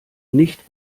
nicht